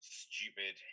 stupid